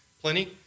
plenty